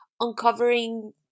uncovering